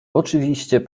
oczywiście